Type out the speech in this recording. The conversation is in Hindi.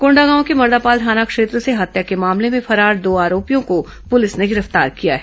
कोंडागांव के मर्दापाल थाना क्षेत्र से हत्या के मामले में फरार दो आरोपियों को पुलिस ने गिरफ्तार किया है